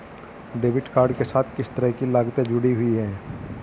Debit card के साथ किस तरह की लागतें जुड़ी हुई हैं?